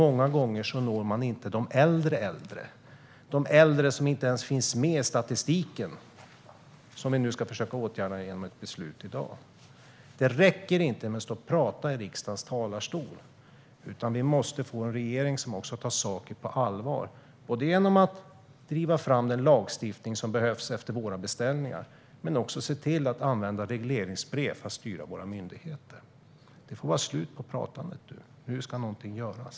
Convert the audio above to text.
Många gånger når man inte de äldre äldre - de äldre som inte ens finns med i statistiken, vilket vi nu ska försöka åtgärda genom ett beslut i dag. Det räcker inte med att stå och prata i riksdagens talarstol. Regeringen måste också ta saken på allvar, både genom att driva fram den lagstiftning som behövs efter våra beställningar och genom att använda regleringsbrev för att styra våra myndigheter. Det får vara slut på pratandet nu. Nu ska någonting göras!